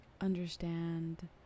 Understand